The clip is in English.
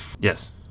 Yes